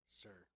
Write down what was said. sir